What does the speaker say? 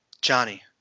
Johnny